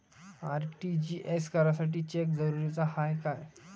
RTGS करासाठी cheque जरुरीचा हाय काय?